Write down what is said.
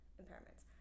impairments